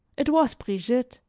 it was brigitte.